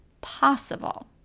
possible